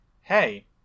Hey